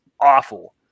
awful